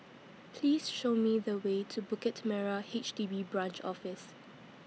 Please Show Me The Way to Bukit Merah H D B Branch Office